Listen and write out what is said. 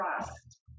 trust